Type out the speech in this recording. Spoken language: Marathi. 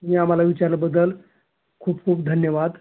तुम्ही आम्हाला विचारल्याबद्दल खूप खूप धन्यवाद